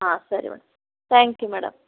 ಹಾಂ ಸರಿ ಮೇಡ್ ಥ್ಯಾಂಕ್ ಯು ಮೇಡಮ್